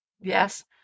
Yes